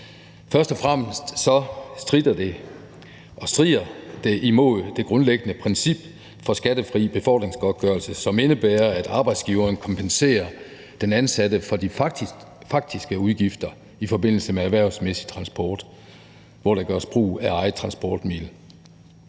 Først og fremmest stritter og strider det imod det grundlæggende princip for skattefri befordringsgodtgørelse, som indebærer, at arbejdsgiveren kompenserer den ansatte for de faktiske udgifter i forbindelse med erhvervsmæssig transport, hvor der gøres brug af eget transportmiddel.